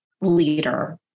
leader